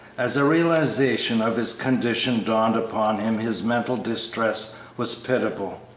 as a realization of his condition dawned upon him his mental distress was pitiable.